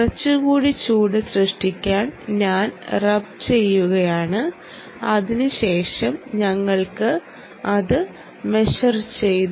കുറച്ചുകൂടി ചൂട് സൃഷ്ടിക്കാൻ ഞാൻ റമ്പ് ചെയ്യുകയാണ് അതിനു ശേഷം ഞങ്ങൾ അത് മെഷർ ചെയ്തു